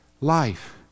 life